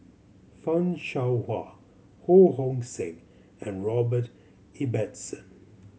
Fan Shao Hua Ho Hong Sing and Robert Ibbetson